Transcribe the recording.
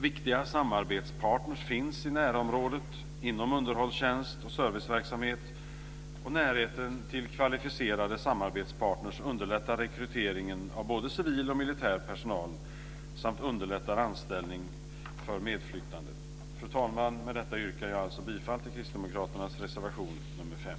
Viktiga samarbetspartner finns i närområdet inom underhållstjänst och serviceverksamhet, och närheten till kvalificerade samarbetspartner underlättar rekryteringen av både civil och militär personal samt underlättar anställning för medflyttande. Fru talman! Med detta yrkar jag bifall till kristdemokraternas reservation nr 5.